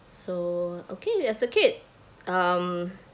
so okay you as a kid um